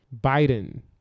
Biden